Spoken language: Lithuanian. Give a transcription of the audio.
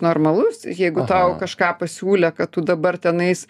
normalus jeigu tau kažką pasiūlė kad tu dabar tenais